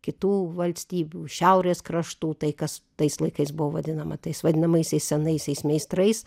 kitų valstybių šiaurės kraštų tai kas tais laikais buvo vadinama tais vadinamaisiais senaisiais meistrais